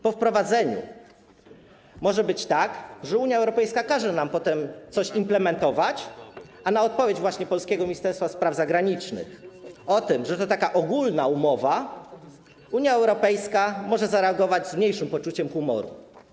Po wprowadzeniu może być tak, że Unia Europejska każe nam potem coś implementować, a na odpowiedź polskiego Ministerstwa Spraw Zagranicznych o tym, że to taka ogólna umowa, Unia Europejska może zareagować z mniejszym poczuciem humoru.